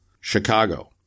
Chicago